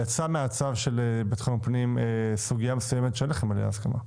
יצאה מהצו של המשרד לביטחון פנים סוגיה מסוימת שאין לכם עליה הסכמה.